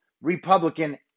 Republican